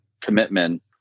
commitment